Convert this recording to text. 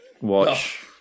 Watch